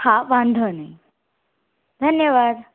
હા વાંધો નહીં ધન્યવાદ